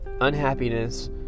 unhappiness